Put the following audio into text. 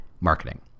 marketing